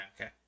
okay